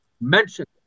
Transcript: mentioned